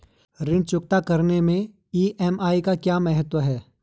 ऋण चुकता करने मैं ई.एम.आई का क्या महत्व है?